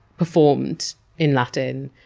performed in latin,